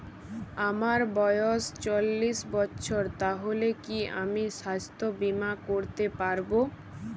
আমার বয়স চল্লিশ বছর তাহলে কি আমি সাস্থ্য বীমা করতে পারবো?